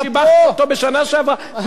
אני רוצה להגיד לך שאני שיבחתי אותו בשנה שעברה.